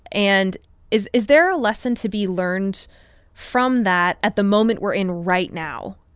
and is is there a lesson to be learned from that at the moment we're in right now,